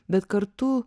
bet kartu